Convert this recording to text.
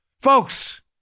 Folks